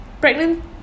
pregnant